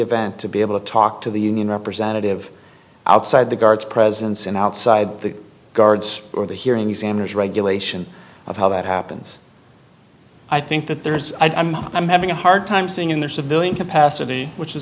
event to be able to talk to the union representative outside the guard's presence and outside the guards or the hearing examiners regulation of how that happens i think that there is i mean i'm having a hard time seeing in the civilian capacity which is